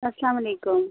اَسلام علیکُم